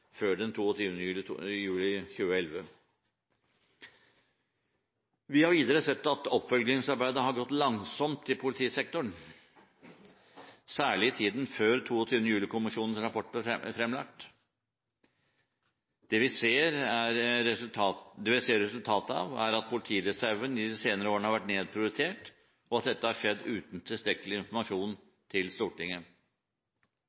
før den 22. juli 2011. Vi har videre sett at oppfølgingsarbeidet har gått langsomt i politisektoren, særlig i tiden før 22. juli-kommisjonens rapport ble fremlagt. Det vi ser resultatet av, er at politireserven de senere årene har vært nedprioritert, og at dette har skjedd uten tilstrekkelig informasjon